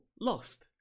lost